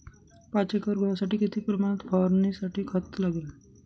पाच एकर गव्हासाठी किती प्रमाणात फवारणीसाठी खत लागेल?